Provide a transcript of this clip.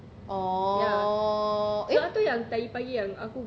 oh eh